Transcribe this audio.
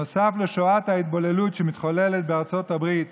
נוסף לשואת ההתבוללות שמתחוללת בארצות הברית